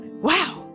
wow